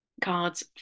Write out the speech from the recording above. cards